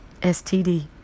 STD